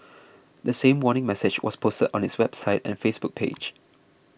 the same warning message was posted on its website and Facebook page